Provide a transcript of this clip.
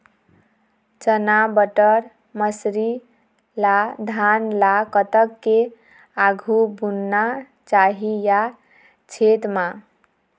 चना बटर मसरी ला धान ला कतक के आघु बुनना चाही या छेद मां?